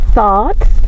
Thoughts